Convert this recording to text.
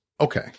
Okay